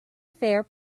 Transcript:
fair